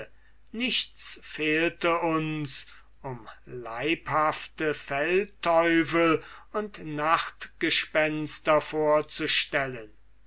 nichts fehlte uns um leibhafte feldteufel und nachtgespenster vorzustellen